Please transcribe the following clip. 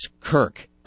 Kirk